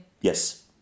Yes